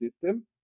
system